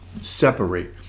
separate